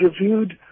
reviewed